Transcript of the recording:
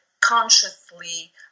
consciously